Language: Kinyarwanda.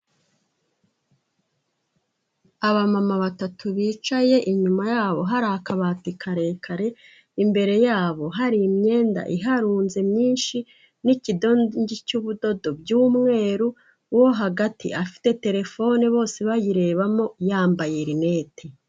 Abamama batatu bicaye inyuma yabo hari akabati karekare, imbere yabo hari imyenda iharunze myinshi, n'ikidongi cy'ubudodo by'umweru uwo hagati afite telefone bose bayirebamo yambaye linete.